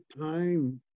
time